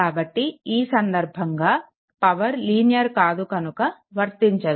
కాబట్టి ఈ సందర్భంగా పవర్ లీనియర్ కాదు కనుక వర్తించదు